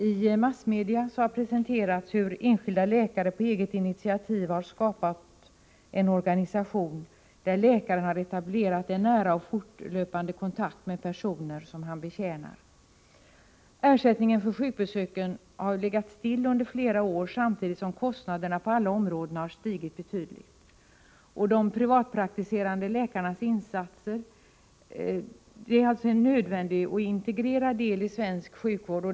I massmedia har presenterats hur enskilda läkare på eget initiativ har skapat en organisation, där läkaren har etablerat en nära och fortlöpande kontakt med personer som han betjänar. Ersättningen för sjukbesök har legat stilla under flera år, samtidigt som kostnaderna på alla områden har stigit betydligt. De privatpraktiserande läkarnas insatser är en nödvändig och integrerad del i svensk sjukvård.